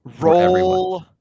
Roll